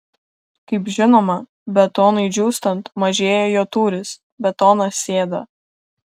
kaip žinoma betonui džiūstant mažėja jo tūris betonas sėda